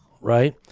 Right